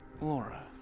Laura